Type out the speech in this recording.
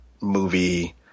movie